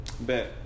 Bet